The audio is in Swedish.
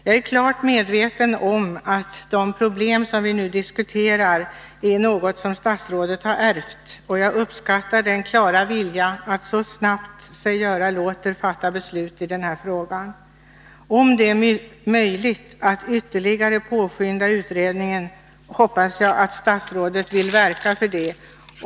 Jag är klart medveten om att de problem som vi nu diskuterar är något som statsrådet har ärvt. Jag uppskattar den klara viljan att så snabbt sig göra låter fatta beslut i denna fråga. Om det är möjligt att ytterligare påskynda utredningen, hoppas jag att statsrådet vill verka för det.